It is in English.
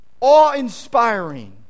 awe-inspiring